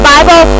Bible